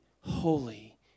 holy